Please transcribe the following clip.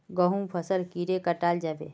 गहुम फसल कीड़े कटाल जाबे?